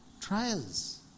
trials